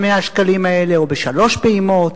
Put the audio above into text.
ה-1,100 שקלים האלה, או בשלוש פעימות?